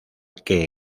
que